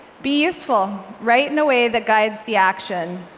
be useful. write in a way that guides the action.